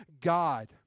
God